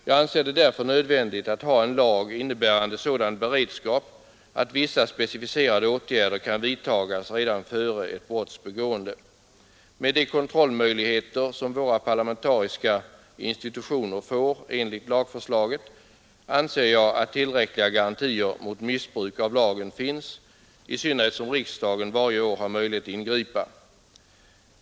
Jag anser det därför nödvändigt att ha en lag innebärande sådan beredskap att vissa specificerade åtgärder kan vidtagas redan före ett brotts begående. Med de kontrollmöjligheter som våra parlamentariska institutioner får enligt lagförslaget anser jag att tillräckliga garantier mot missbruk av lagen finns — i synnerhet som riksdagen varje år har möjlighet att ingripa.